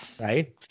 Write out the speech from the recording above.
right